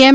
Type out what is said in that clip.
એમ